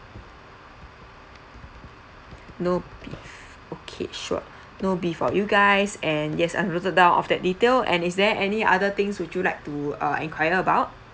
nope okay sure no beef for you guys and yes I've noted down of that detail and is there any other things would you like to uh enquire about